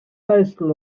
postal